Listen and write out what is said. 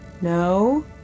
No